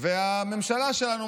והממשלה שלנו,